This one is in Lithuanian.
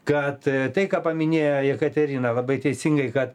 kad tai ką paminėjo jekaterina labai teisingai kad